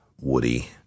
Woody